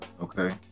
okay